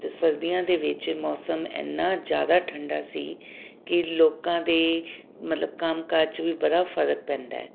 ਅਤੇ ਸਰਦੀਆਂ ਦੇ ਵਿੱਚ ਮੌਸਮ ਇੰਨਾ ਜ਼ਿਆਦਾ ਠੰਡਾ ਸੀ ਕਿ ਲੋਕਾਂ ਦੇ ਮਤਲਬ ਕੰਮ ਕਾਜ 'ਚ ਵੀ ਬੜਾ ਫਰਕ ਪੈਂਦਾ ਹੈ